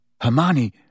Hermione